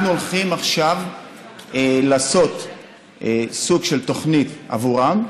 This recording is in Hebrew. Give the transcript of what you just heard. אנחנו הולכים עכשיו לעשות סוג של תוכנית עבורם,